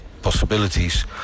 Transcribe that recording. Possibilities